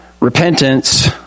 repentance